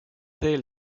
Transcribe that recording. teel